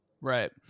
Right